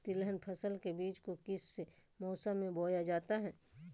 तिलहन फसल के बीज को किस मौसम में बोया जाता है?